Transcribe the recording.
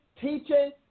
teaching